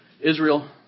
Israel